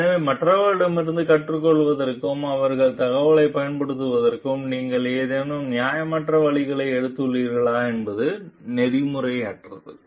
எனவே மற்றவர்களிடமிருந்து கற்றுக்கொள்வதற்கும் அவர்களின் தகவல்களைப் பயன்படுத்துவதற்கும் நீங்கள் ஏதேனும் நியாயமற்ற வழிகளை எடுத்துள்ளீர்களா என்பது நெறிமுறையற்றது